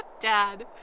Dad